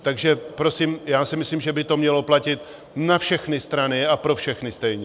Takže prosím, myslím si, že by to mělo platit na všechny strany a pro všechny stejně.